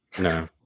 no